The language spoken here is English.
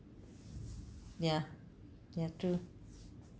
ya ya true